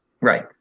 Right